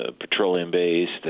petroleum-based